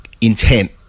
intent